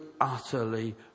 utterly